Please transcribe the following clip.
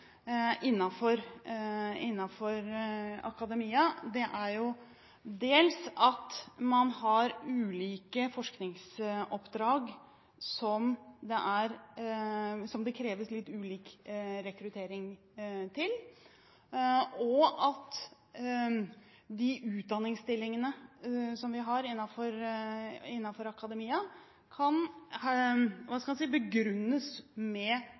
akademia, er jo dels at man har ulike forskningsoppdrag som det kreves litt ulik rekruttering til, og at de utdanningsstillingene som vi har innenfor akademia, kan – hva skal jeg si – begrunnes med